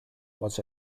was